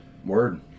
word